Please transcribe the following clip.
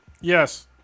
Yes